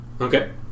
Okay